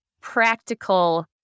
practical